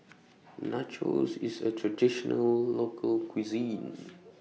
Nachos IS A Traditional Local Cuisine